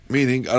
Meaning